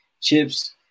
chips